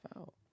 out